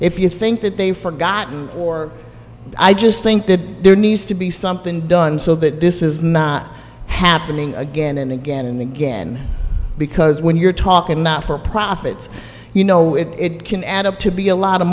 if you think that they've forgotten or i just think that there needs to be something done so that this is not happening again and again and again because when you're talking not for profits you know if it can add up to be a lot of